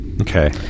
okay